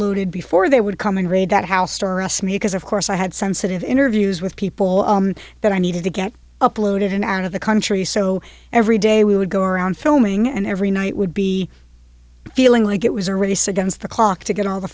uploaded before they would come and raid that house or asked me because of course i had sensitive interviews with people that i needed to get uploaded and out of the country so every day we would go around filming and every night would be feeling like it was a race against the clock to get all the